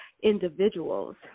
individuals